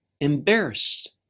embarrassed